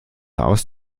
aus